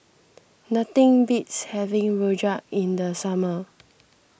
nothing beats having Rojak in the summer